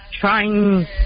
trying